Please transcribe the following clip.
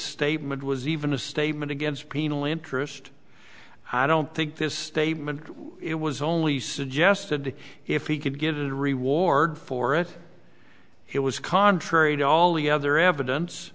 statement was even a statement against penal interest i don't think this statement it was only suggested if he could get a reward for it it was contrary to all the other